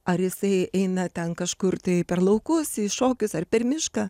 ar jisai eina ten kažkur tai per laukus į šokius ar per mišką